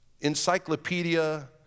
encyclopedia